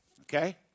Okay